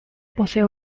posee